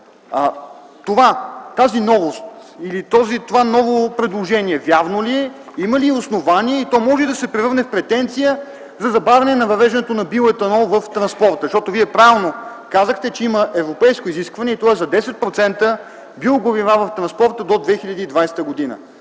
Тази новост или това ново предложение вярно ли е? Има ли основание? То може ли да се превърне в претенция за забавяне на въвеждането на биоетанол в транспорта? Защото Вие правилно казахте, че има европейско изискване и то е за 10% биогорива в транспорта до 2020 г.